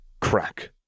Crack